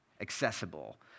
accessible